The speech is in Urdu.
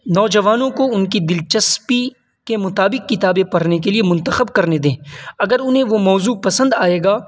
نوجوانوں کو ان کی دلچسپی کے مطابک کتابیں پرھنے کے لیے منتخب کرنے دیں اگر انہیں وہ موضوع پسند آئے گا